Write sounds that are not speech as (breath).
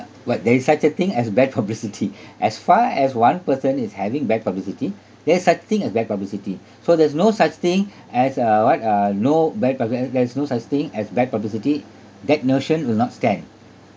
but there is such a thing as bad publicity (breath) as far as one person is having bad publicity there is such thing as bad publicity (breath) so there's no such thing as (breath) uh what uh no bad publi~ uh there is no such thing as bad publicity that notion will not stand